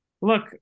Look